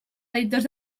editors